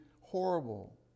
horrible